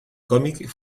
cómic